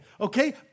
okay